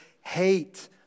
Hate